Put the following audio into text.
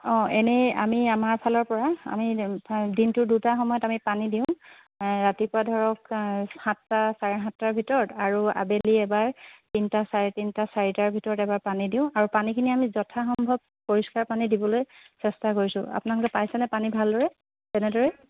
অঁ এনেই আমি আমাৰ ফালৰ পৰা দিনটোৰ দুটা সময়ত আমি পানী দিওঁ ৰাতিপুৱা ধৰক সাতটা চাৰেসাতটাৰ ভিৰতৰ আৰু আবেলি এবাৰ তিনটা চাৰে তিনটা চাৰিটাৰ ভিতৰত এবাৰ পানী দিওঁ আৰু পানীখিনি আমি যথাসম্ভৱ পৰিষ্কাৰ পানী দিবলৈ চেষ্টা কৰিছোঁ আপোনালোকে পাইছেনে পানী ভালদৰে তেনেদৰে